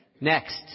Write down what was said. Next